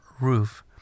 Roof